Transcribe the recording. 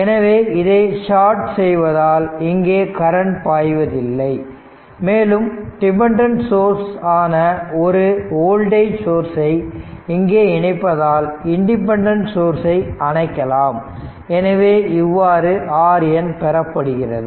எனவே இதை ஷார்ட் செய்வதால் இங்கே கரண்ட் பாய்வதில்லை மேலும் டிபெண்டன்ட் சோர்ஸ் ஆன ஒரு வோல்டேஜ் சோர்ஸ் ஐ இங்கே இணைப்பதால் இன்டிபென்டன்ட் சோர்ஸ் ஐ அணைக்கலாம் எனவே இவ்வாறு RN பெறப்படுகிறது